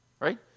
right